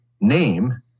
name